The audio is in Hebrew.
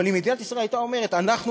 אבל אם מדינת ישראל הייתה אומרת: אנחנו